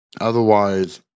Otherwise